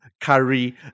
curry